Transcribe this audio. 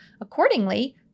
Accordingly